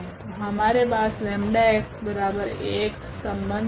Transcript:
तो हमारे पास 𝜆xAx संबंध है